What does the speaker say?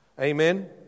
Amen